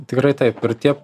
tikrai taip ir tie